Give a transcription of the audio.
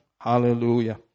Hallelujah